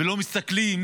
ולא מסתכלים